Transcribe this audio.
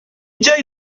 جایی